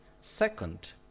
Second